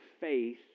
faith